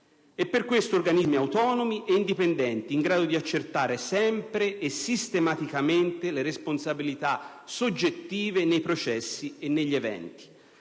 quindi, organismi autonomi e indipendenti, in grado di accertare sempre e sistematicamente le responsabilità soggettive nei processi e negli eventi.